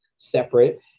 separate